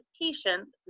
patients